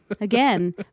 Again